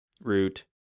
root